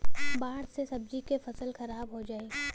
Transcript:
बाढ़ से सब्जी क फसल खराब हो जाई